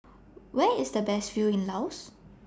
Where IS The Best View in Laos